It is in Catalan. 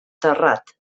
terrat